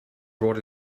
brought